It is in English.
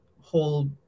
whole